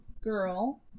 girl